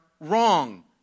wrong